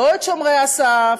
לא את שומרי הסף,